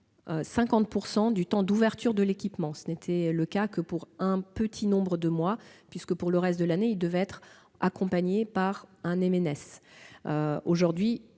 50 % du temps d'ouverture de l'équipement, alors que ce n'était le cas que pour un petit nombre de mois puisque, pour le reste de l'année, ils devaient être accompagnés par un MNS. Il nous